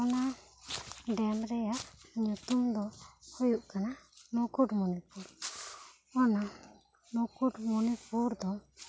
ᱚᱱᱟ ᱰᱮᱢ ᱨᱮᱭᱟᱜ ᱧᱩᱛᱩᱢ ᱫᱚ ᱦᱩᱭᱩᱜ ᱠᱟᱱᱟ ᱢᱩᱠᱩᱴᱢᱩᱱᱤᱯᱩᱨ ᱚᱱᱟ ᱢᱩᱠᱩᱴᱢᱩᱱᱤᱯᱩᱨ ᱫᱚ